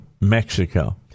Mexico